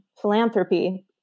philanthropy